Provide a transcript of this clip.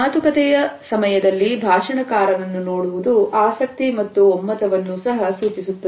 ಮಾತುಕತೆಯ ಸಮಯದಲ್ಲಿ ಭಾಷಣಕಾರರನ್ನು ನೋಡುವುದು ಆಸಕ್ತಿ ಮತ್ತು ಒಮ್ಮತವನ್ನು ಸಹ ಸೂಚಿಸುತ್ತದೆ